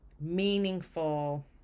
meaningful